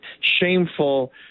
shameful